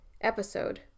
episode